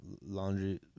Laundry